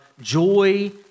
joy